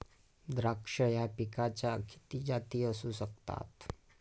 द्राक्ष या पिकाच्या किती जाती असू शकतात?